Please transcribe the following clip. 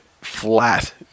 flat